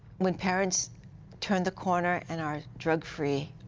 when parents turned the corner and our drug-free,